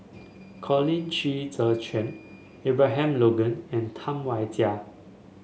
Colin Qi Zhe Quan Abraham Logan and Tam Wai Jia